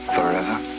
Forever